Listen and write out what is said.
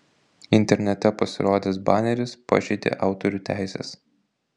internete pasirodęs baneris pažeidė autorių teises